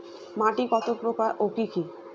মাটি কত প্রকার ও কি কি?